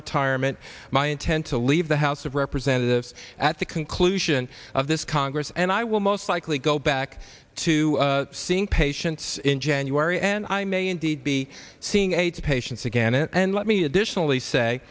retirement my intent to leave the house of representatives at the conclusion of this congress and i will most likely go back to seeing patients in january and i may indeed be seeing aids patients again and let me additionally say